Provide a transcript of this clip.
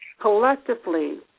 Collectively